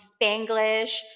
Spanglish